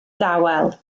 dawel